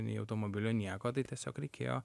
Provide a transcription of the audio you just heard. nei automobilio nieko tai tiesiog reikėjo